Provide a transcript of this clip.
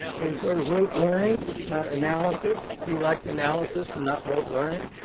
it was sort of rote learning not analysis. he liked analysis and not rote learning.